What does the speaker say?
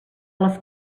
les